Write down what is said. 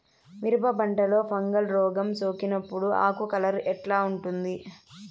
మిరప పంటలో ఫంగల్ రోగం సోకినప్పుడు ఆకు కలర్ ఎట్లా ఉంటుంది?